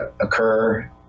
occur